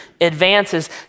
advances